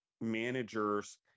managers